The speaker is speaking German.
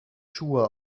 schuhe